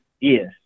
yes